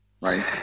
right